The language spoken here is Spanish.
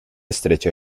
estrecho